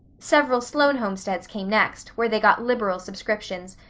several sloane homesteads came next, where they got liberal subscriptions,